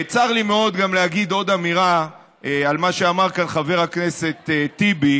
צר לי מאוד גם להגיד עוד אמירה על מה שאמר כאן חבר הכנסת טיבי,